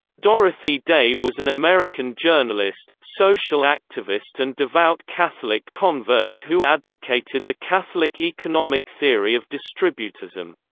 dorothy day was an american journalist, social activist and devout catholic convert who advocated the catholic economic theory of distributism.